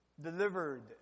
Delivered